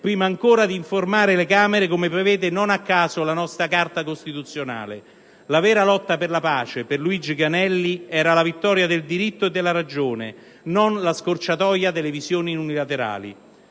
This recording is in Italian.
prima ancora di informare le Camere, come prevede invece, non a caso, la nostra Carta costituzionale. La vera lotta per la pace per Luigi Granelli era la vittoria del diritto e della ragione, non la scorciatoia delle visioni unilaterali.